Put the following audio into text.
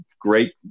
great